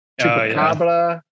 Chupacabra